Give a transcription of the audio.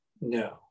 no